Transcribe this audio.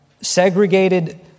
segregated